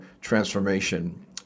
transformation